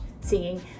singing